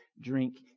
drink